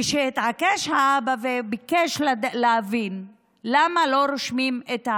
כשהתעקש האבא וביקש להבין למה לא רושמים את